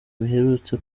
biherutse